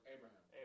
Abraham